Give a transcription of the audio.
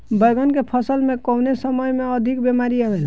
बैगन के फसल में कवने समय में अधिक बीमारी आवेला?